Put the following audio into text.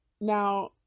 now